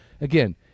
again